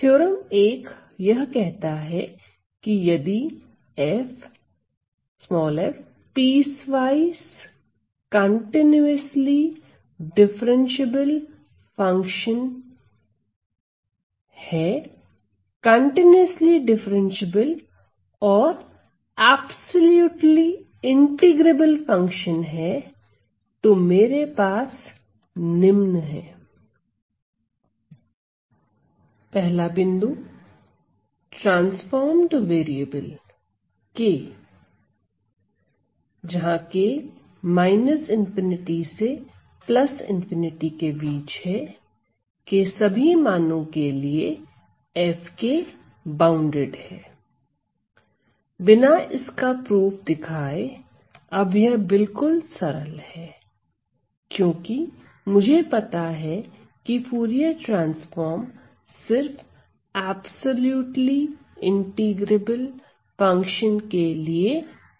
theorem 1 यह कहता है कि यदि f piecewise continuously differentiable function continuously differentiable और ऐप्सोल्युटली इंटीग्रेबल फंक्शन है तो मेरे पास निम्न है 1ट्रांसफॉर्म्ड वेरिएबल k −∞ k ∞ के सभी मानो के लिए F बॉउंडेड है बिना इसके उत्पति दिखाएं अब यह बिल्कुल सरल है क्योंकि मुझे पता है की फूरिये ट्रांसफॉर्म सिर्फ ऐप्सोल्युटली इंटीग्रेबल फंक्शन के लिए परिभाषित है